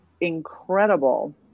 incredible